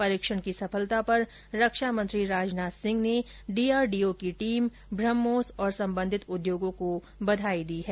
परीक्षण की सफलता पर रक्षामंत्री राजनाथ सिंह ने डी आर डी ओ की टीम ब्रह्मोस और संबंधित उद्योगों को बघाई दी है